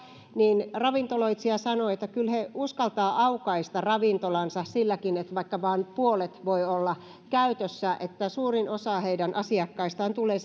todettu asiakaspaikkarajoitukseen ravintoloitsija sanoi että kyllä he uskaltavat aukaista ravintolansa niinkin että vaikka vain puolet siitä voi olla käytössä ja että suurin osa heidän asiakkaistaan tulee